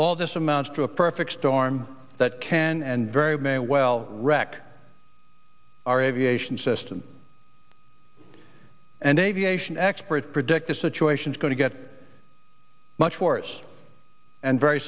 all this amounts to a perfect storm that can and very may well wreck our aviation system and aviation experts predict this situation is going to get much worse and very